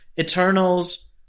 Eternals